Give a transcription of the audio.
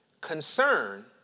Concern